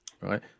right